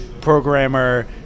programmer